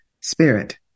spirit